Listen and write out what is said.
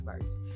first